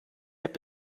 app